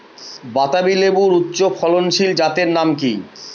বাতাবি লেবুর উচ্চ ফলনশীল জাতের নাম কি?